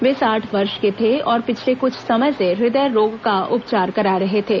वे साठ वर्ष के थे और पिछले कुछ समय से हृदय रोग का उपचार करा रहे थे